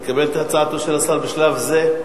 את מקבלת את הצעתו של השר בשלב זה,